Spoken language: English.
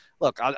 look